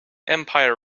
empire